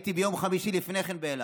הייתי ביום חמישי לפני כן באלעד.